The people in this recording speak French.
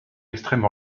extrême